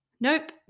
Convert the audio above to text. Nope